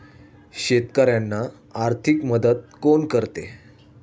शेतकऱ्यांना आर्थिक मदत कोण करते?